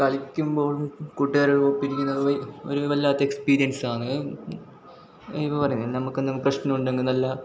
കളിക്കുമ്പോൾ കൂട്ടുകാരൊപ്പം ഇരിക്കുന്നത് ഒരു വല്ലാത്ത എക്സ്പീരിയൻസ്സാണ് ഇപ്പോൾ പറഞ്ഞത് നമുക്ക് എന്തെങ്കിലും പ്രശ്നമുണ്ടെങ്കിൽ നല്ല